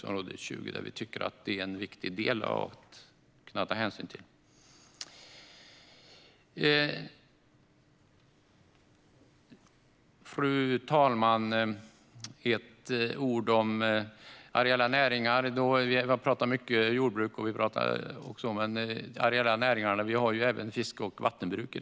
När det gäller detta kan vi hänvisa till utgiftsområde 20. Fru talman! Vi pratar mycket jordbruk när det gäller de areella näringarna, men det handlar även om fiske och vattenbruk.